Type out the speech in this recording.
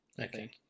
Okay